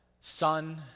Son